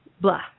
Blah